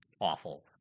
awful